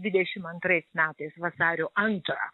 dvidešim antrais metais vasario antrą